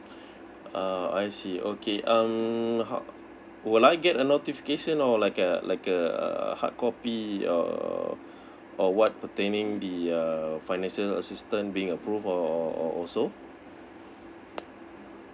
uh I see okay um how would I get a notification or like a like a uh hard copy or or what pertaining the uh financial assistantce being approved or or or so